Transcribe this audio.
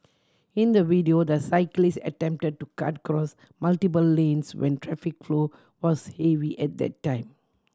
in the video the cyclist attempted to cut across multiple lanes when traffic flow was heavy at that time